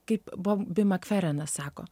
kaip bob bimakverena sako